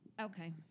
Okay